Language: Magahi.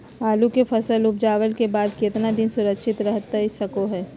आलू के फसल उपजला के बाद कितना दिन सुरक्षित रहतई सको हय?